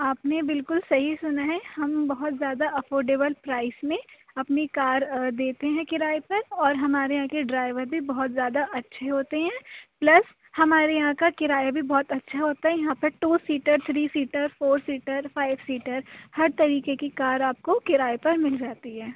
آپ نے بالکل صحیح سُنا ہے ہم بہت زیادہ افورٹیبل پرائز میں اپنی کار دیتے ہیں کرائے پر اور ہمارے یہاں کے ڈرائیور بھی بہت زیادہ اچھے ہوتے ہیں پلس ہمارے یہاں کا کرایہ بھی بہت اچھا ہوتا ہے یہاں پہ two seater three seater four seater five seater ہر طریقے کی کار آپ کو کرائے پر مل جاتی ہے